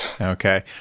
Okay